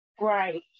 Right